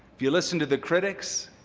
if you listen to the critics,